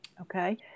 Okay